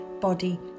body